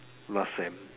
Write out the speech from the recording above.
last sem